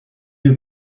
two